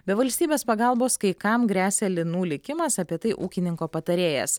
be valstybės pagalbos kai kam gresia linų likimas apie tai ūkininko patarėjas